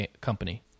company